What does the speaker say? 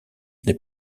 n’est